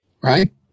Right